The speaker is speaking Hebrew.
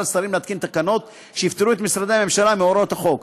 לשרים להתקין תקנות שיפטרו את משרדי הממשלה מהוראות החוק.